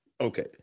Okay